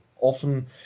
often